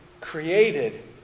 created